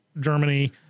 Germany